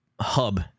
hub